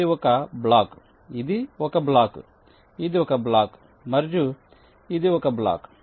ఇది ఒక బ్లాక్ ఇది ఒక బ్లాక్ ఇది ఒక బ్లాక్ మరియు ఇది ఒక బ్లాక్